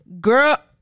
Girl